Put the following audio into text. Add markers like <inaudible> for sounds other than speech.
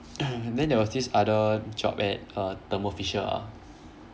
<noise> there was this other job at err thermo fisher ah